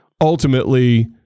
ultimately